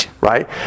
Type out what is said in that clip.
right